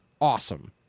awesome